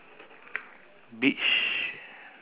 different picture